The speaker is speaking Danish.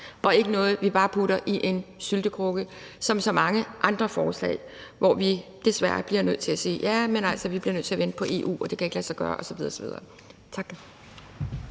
og ikke noget, vi bare putter i en syltekrukke, som så mange andre forslag, hvor vi desværre bliver nødt til at sige, at vi bliver nødt til at vente på EU, og at det ikke kan lade sig gøre osv. osv.?